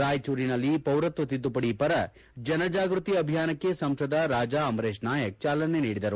ರಾಯಚೂರಿನಲ್ಲಿ ಪೌರತ್ವ ತಿದ್ದುಪಡಿ ಪರ ಜನಜಾಗೃತಿ ಅಭಿಯಾನಕ್ಕೆ ಸಂಸದ ರಾಜಾ ಅಮರೇಶ್ ನಾಯಕ್ ಚಾಲನೆ ನೀಡಿದರು